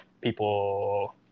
people